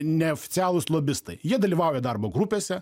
neoficialūs lobistai jie dalyvauja darbo grupėse